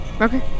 Okay